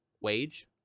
wage